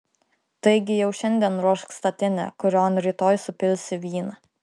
taigi jau šiandien ruošk statinę kurion rytoj supilsi vyną